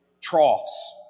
troughs